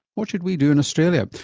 what should we do in australia?